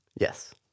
Yes